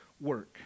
work